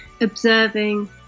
observing